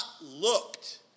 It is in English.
looked